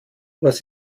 was